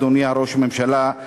אדוני ראש הממשלה,